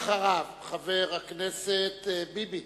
אחריו, חברי הכנסת ביבי